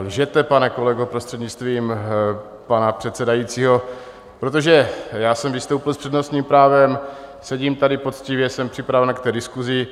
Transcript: Lžete, pane kolego, prostřednictvím pana předsedajícího, protože já jsem vystoupil s přednostním právem, sedím tady poctivě, jsem připraven k diskusi.